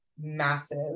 massive